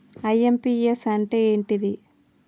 IMPS అంటే ఏంటిది?